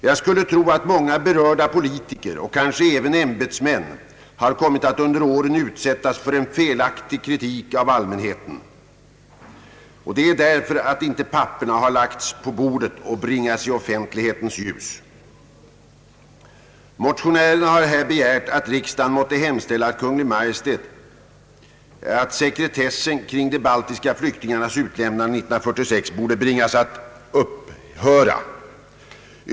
Jag skulle tro att många berörda politiker och kanske även ämbetsmän har kommit att under årens lopp utsättas för en felaktig kritik från allmänheten. Det är därför att papperen inte har lagts på bordet och bringats i offentlighetens ljus. Motionärerna har begärt att riksdagen måtte hemställa till Kungl. Maj:t att sekretessen kring de baltiska flyktingarnas utlämnande år 1946 borde bringas att upphöra.